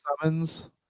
summons